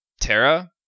Terra